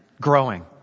growing